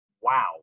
Wow